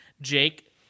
Jake